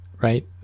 right